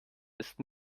ist